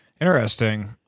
Interesting